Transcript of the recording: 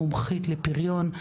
מומחית לפריון.